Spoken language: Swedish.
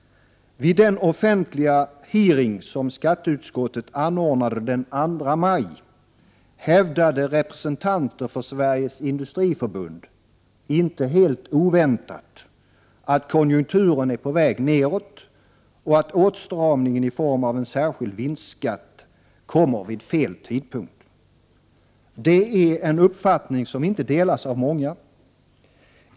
Vid den offentliga utfrågning som skatteutskottet anordnade den 2 maj hävdade representanter för Sveriges Industriförbund inte helt oväntat att konjunkturen är på väg nedåt och att åstramningen i form av en särskild vinstskatt kommer vid fel tidpunkt. Det är en uppfattning som inte delas av många.